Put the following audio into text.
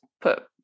put